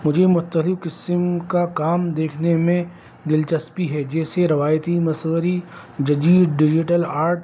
مجھے مختلف قسم کا کام دیکھنے میں دلچسپی ہے جیسے روایتی مصوری جدید ڈیجیٹل آرٹ